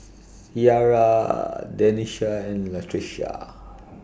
Ciara Denisha and Latricia